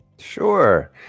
Sure